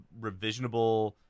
revisionable